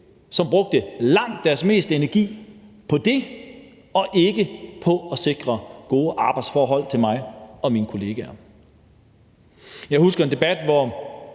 som brugte langt det meste af deres energi på det og ikke på at sikre gode arbejdsforhold til mig og mine kollegaer. Jeg husker en debat, hvor